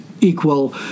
equal